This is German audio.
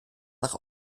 nach